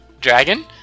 dragon